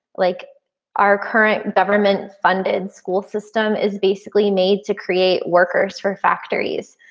like our current government funded school system is basically made to create workers for factories.